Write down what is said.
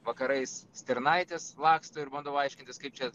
vakarais stirnaitės laksto ir bandau aiškintis kaip čia